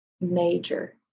major